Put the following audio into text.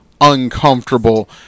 uncomfortable